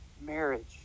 Marriage